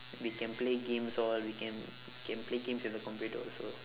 we can play games all we can we can play games at the computer also